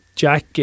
Jack